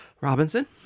Robinson